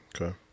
Okay